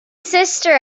sister